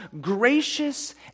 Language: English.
gracious